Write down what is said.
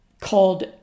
called